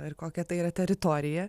ir kokia tai yra teritorija